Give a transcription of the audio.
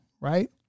right